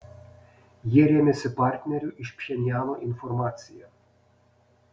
jie rėmėsi partnerių iš pchenjano informacija